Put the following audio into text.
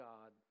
God